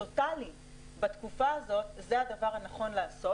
טוטלי בתקופה הזאת, זה הדבר הנכון לעשות.